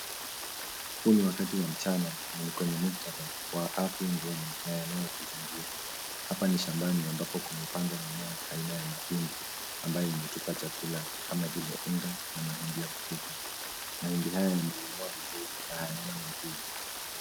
Huu ni wakati wa mchana na ni kwenye muktadha wa ardhi njema na yanayotuzingira. Hapa ni shambani ambapo kumepandwa mimea aina ya mahindi ambayo imetupa chakula kama vile unga na mahindi ya kupika. Mahindi haya yamelimwa vizuri na hayana magugu.